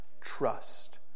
trust